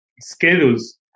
schedules